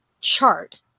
chart